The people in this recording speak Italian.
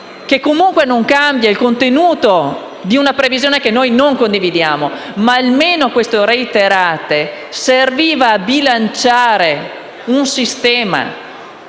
comunque non cambia il contenuto di una previsione che noi non condividiamo, ma almeno la parola «reiterate» serviva a bilanciare un sistema.